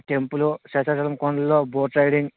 ఆ టెంపులు శేషాచలం కొండలు boat riding